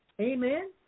amen